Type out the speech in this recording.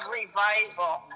revival